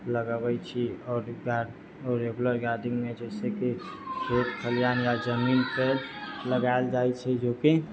लगबै छी आओर रेगुलर गार्डनिंगमे जे छै कि खेत खलिहान या जमीनपर लगायल जाइ छै जोकि